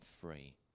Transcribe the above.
free